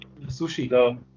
Sushi